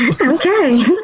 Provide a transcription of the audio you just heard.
okay